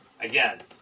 again